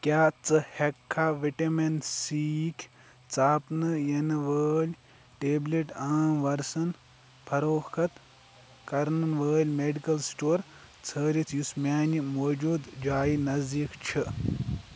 کیٛاہ ژٕ ہیٚککھا وِٹمِن سی یِکۍ ژاپنہٕ یِنہٕ وٲلۍ ٹیبلٹ عام ورسَن فروخت کرن وٲلۍ میڈیکل سٹور ژھٲرِِتھ یُس میانہِ موجوٗدٕ جایہِ نزدیٖک چھِ